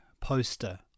poster